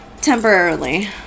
temporarily